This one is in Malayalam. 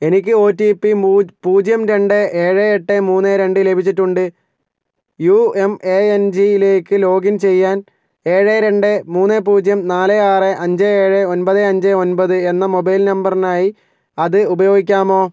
എനിക്ക് ഒടിപി പൂജ്യം രണ്ട് ഏഴ് എട്ട് മൂന്ന് രണ്ട് ലഭിച്ചിട്ടുണ്ട് യുഎംഎഎൻജിയിലേക്ക് ലോഗിൻ ചെയ്യാൻ ഏഴ് രണ്ട് മൂന്ന് പൂജ്യം നാല് ആറ് അഞ്ച് ഏഴ് ഒമ്പത് അഞ്ച് ഒമ്പത് എന്ന മൊബൈൽ നമ്പറിനായി അത് ഉപയോഗിക്കാമോ